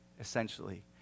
essentially